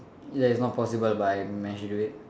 ya it's not possible but I